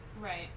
Right